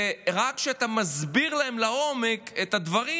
ורק כשאתה מסביר להם לעומק את הדברים,